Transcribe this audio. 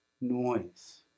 noise